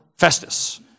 Festus